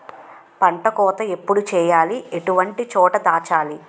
పంట కోత ఎప్పుడు చేయాలి? ఎటువంటి చోట దాచాలి?